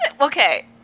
Okay